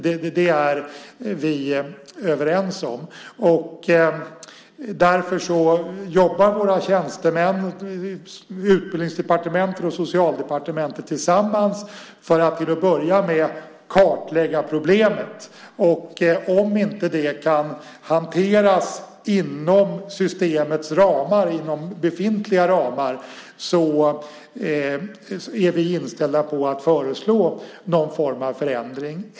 Det är vi överens om. Därför jobbar tjänstemännen på Utbildningsdepartementet och Socialdepartementet tillsammans för att till att börja med kartlägga problemet. Om det inte kan hanteras inom systemets befintliga ramar är vi inställda på att föreslå någon form av förändring.